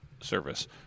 service